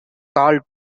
karl